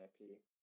IP